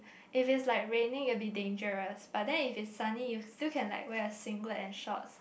if is like raining it will be dangerous but then if is sunny you still can like wear your singlet and shorts